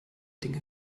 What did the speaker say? dinge